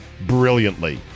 brilliantly